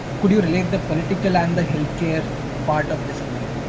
could you relate the political and the healthcare part of this for me?